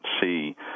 see